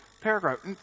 paragraph